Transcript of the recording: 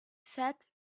said